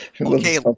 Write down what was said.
Okay